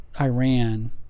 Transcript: Iran